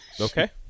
okay